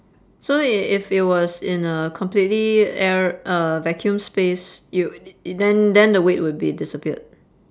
so i~ if it was in a completely air uh vacuum space it would it it then then the weight would be disappeared